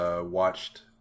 Watched